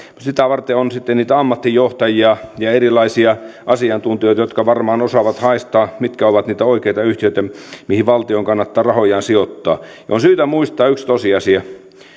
sitä varten on sitten niitä ammattijohtajia ja erilaisia asiantuntijoita jotka varmaan osaavat haistaa mitkä ovat niitä oikeita yhtiöitä mihin valtion kannattaa rahojaan sijoittaa on syytä muistaa yksi tosiasia